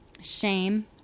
shame